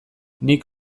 nik